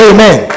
Amen